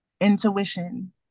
intuition